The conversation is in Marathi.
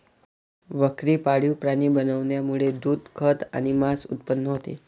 बकरी पाळीव प्राणी बनवण्यामुळे दूध, खत आणि मांस उत्पन्न होते